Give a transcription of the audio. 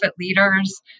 leaders